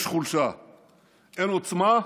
יש חולשה; אין עוצמה,